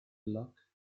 look